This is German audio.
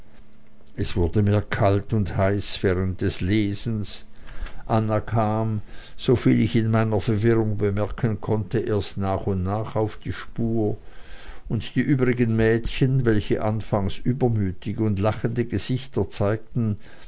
es wurde mir kalt und heiß während des lesens anna kam soviel ich in meiner verwirrung bemerken konnte erst nach und nach auf die spur die übrigen mädchen welche anfangs übermütige und lachende gesichter zeigten